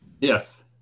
Yes